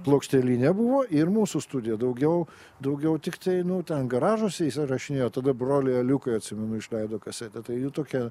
plokštelinė buvo ir mūsų studija daugiau daugiau tiktai nu ten garažuose įsirašinėjo tada broliai aliukai atsimenu išleido kasetę tai jų tokia